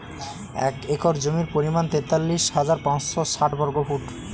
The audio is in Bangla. এক একর জমির পরিমাণ তেতাল্লিশ হাজার পাঁচশ ষাট বর্গফুট